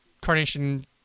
carnation